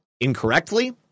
incorrectly